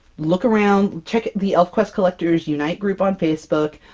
look around. check the elfquest collectors unite group on facebook.